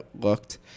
looked